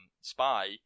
spy